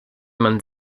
man